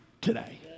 today